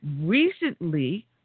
recently